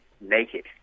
naked